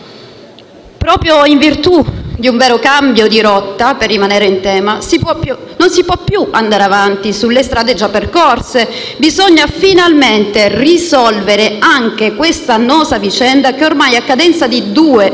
Proprio in virtù di un vero cambio di rotta - per rimanere in tema - non si può più andare avanti sulle strade già percorse, ma bisogna finalmente risolvere anche questa annosa vicenda, che ormai, a cadenza di due o